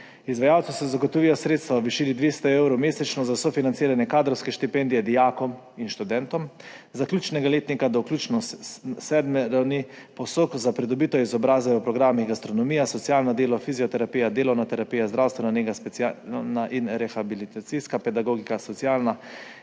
Izvajalcu se zagotovijo sredstva v višini 200 evrov mesečno za sofinanciranje kadrovske štipendije dijakom in študentom zaključnega letnika do vključno sedme ravni po SOK za pridobitev izobrazbe v programih gastronomija, socialno delo, fizioterapija, delovna terapija, zdravstvena nega, specialna in rehabilitacijska pedagogika, socialna